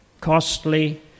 costly